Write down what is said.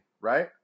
right